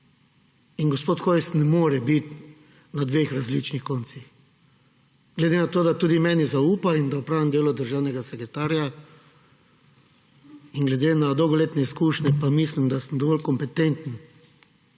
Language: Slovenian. In gospod Hojs ne more biti na dveh različnih koncih. Glede na to, da tudi meni zaupa in da opravljam delo državnega sekretarja in glede na dolgoletne izkušnje, pa mislim, da sem dovolj kompetenten,